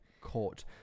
court